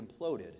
imploded